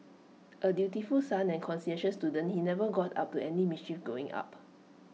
A dutiful son and conscientious student he never got up to any mischief going up